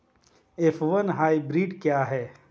F one hybrid क्या है?